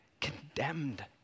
condemned